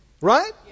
Right